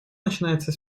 начинается